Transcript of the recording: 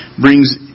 brings